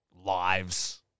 lives